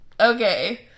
Okay